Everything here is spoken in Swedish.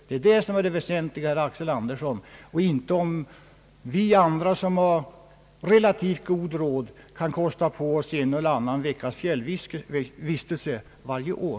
Det är detta som är det väsentliga, herr Axel Andersson, och inte frågan om vi andra som har relativt god råd kan kosta på oss en eller annan veckas fjällvistelse varje år.